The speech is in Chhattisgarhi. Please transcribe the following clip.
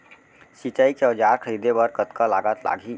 सिंचाई के औजार खरीदे बर कतका लागत लागही?